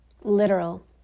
literal